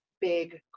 big